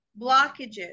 blockages